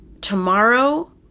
tomorrow